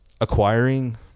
acquiring